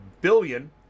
billion